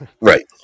Right